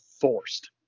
forced